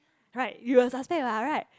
right you will suspect what right